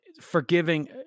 forgiving